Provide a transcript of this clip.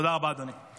תודה רבה, אדוני.